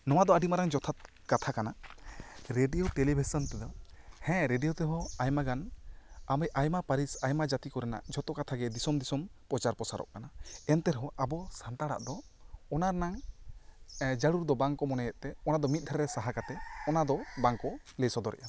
ᱱᱚᱣᱟ ᱫᱚ ᱟᱹᱰᱤ ᱢᱟᱨᱟᱱᱜ ᱡᱚᱛᱷᱟᱛ ᱠᱟᱛᱷᱟ ᱠᱟᱱᱟ ᱨᱮᱰᱤᱭᱚ ᱴᱮᱞᱤᱵᱷᱤᱥᱚᱱ ᱛᱮᱫᱚ ᱦᱮᱸ ᱨᱮᱰᱤᱭᱚ ᱛᱮᱦᱚᱸ ᱟᱭᱢᱟ ᱜᱟᱱ ᱟᱭᱢᱟ ᱯᱟᱹᱨᱤᱥ ᱟᱭᱢᱟ ᱡᱟᱹᱛᱤ ᱠᱚᱨᱮᱱᱟᱜ ᱡᱚᱛᱚ ᱠᱟᱛᱷᱟ ᱜᱮ ᱫᱤᱥᱚᱢ ᱫᱤᱥᱚᱢ ᱯᱚᱪᱟᱨ ᱯᱚᱨᱥᱟᱨᱚᱜ ᱠᱟᱱᱟ ᱮᱱᱛᱮ ᱨᱮᱦᱚᱸ ᱟᱵᱚ ᱥᱟᱱᱛᱟᱲᱟᱜ ᱫᱚ ᱚᱱᱟ ᱨᱮᱱᱟᱝ ᱡᱟᱹᱨᱩᱲ ᱫᱚ ᱵᱟᱝ ᱠᱚ ᱢᱚᱱᱮᱭᱮᱫ ᱛᱮ ᱚᱱᱟ ᱫᱚ ᱢᱤᱫ ᱫᱷᱟᱣ ᱨᱮ ᱥᱟᱦᱟ ᱠᱟᱛᱮᱜ ᱚᱱᱟ ᱫᱚ ᱵᱟᱝ ᱠᱚ ᱞᱟᱹᱭ ᱥᱚᱫᱚᱨ ᱮᱫᱼᱟ